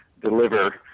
deliver